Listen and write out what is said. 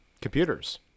computers